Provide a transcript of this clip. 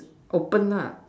open nah